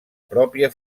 pròpia